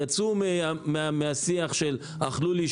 יצאו מן השיח של "אכלו לי,